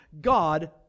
God